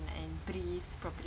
and breathe properly